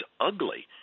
ugly